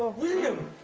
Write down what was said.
william.